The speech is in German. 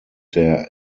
der